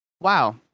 Wow